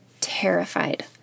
terrified